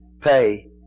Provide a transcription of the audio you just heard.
pay